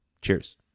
Cheers